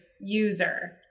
user